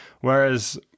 Whereas